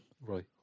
right